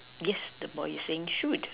yes the boy is saying shoot